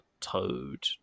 toad